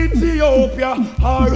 Ethiopia